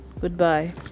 Goodbye